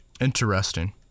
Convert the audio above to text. Interesting